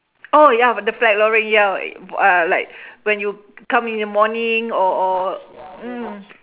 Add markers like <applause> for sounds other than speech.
orh ya bu~ the flag lowering ya <noise> ah like <breath> when you come in the morning or or mm